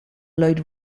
lloyd